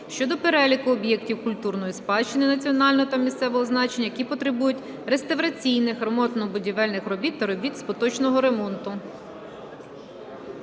щодо переліку об'єктів культурної спадщини національного та місцевого значення, які потребують реставраційних, ремонтно-будівельних робіт та робіт з поточного ремонту.